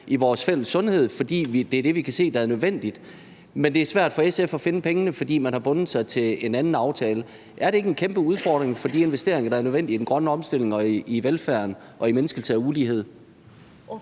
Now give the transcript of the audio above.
i vores fælles sundhed, fordi det er det vi kan se er nødvendigt. Men det er svært for SF at finde pengene, fordi man har bundet sig til en anden aftale. Er det ikke en kæmpe udfordring for de investeringer, der er nødvendige i den grønne omstilling, i velfærden og i mindskelse af ulighed?